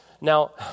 Now